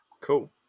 cool